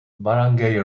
barangay